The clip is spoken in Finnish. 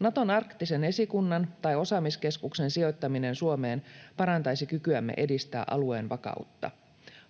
Naton arktisen esikunnan tai osaamiskeskuksen sijoittaminen Suomeen parantaisi kykyämme edistää alueen vakautta.